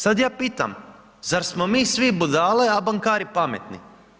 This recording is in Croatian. Sad ja pitam, zar smo mi svi budale a bankari pametni.